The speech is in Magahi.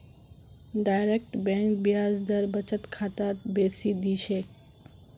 डायरेक्ट बैंक ब्याज दर बचत खातात बेसी दी छेक